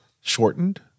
shortened